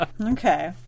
Okay